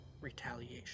retaliation